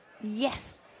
Yes